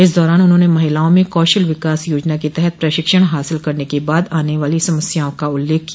इस दौरान उन्होंने महिलाओं में कौशल विकास योजना के तहत प्रशिक्षण हासिल करने के बाद आने वाली समस्याओं का उल्लेख किया